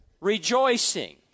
rejoicing